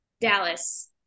Dallas